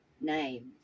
names